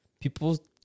people